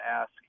ask